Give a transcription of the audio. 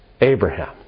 Abraham